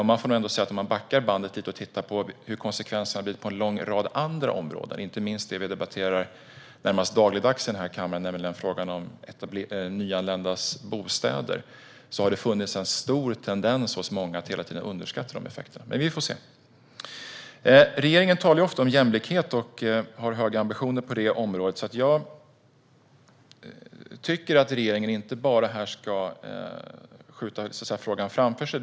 Man kan backa bandet lite och titta på hur konsekvenserna har blivit på en lång rad andra områden, inte minst det vi debatterar närmast dagligdags här i kammaren, nämligen frågan om nyanländas bostäder. Där har det funnits en stark tendens hos många att hela tiden underskatta effekterna. Men vi får se. Regeringen talar ofta om jämlikhet och har höga ambitioner på området. Jag tycker att regeringen inte bara ska skjuta frågan framför sig.